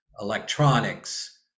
electronics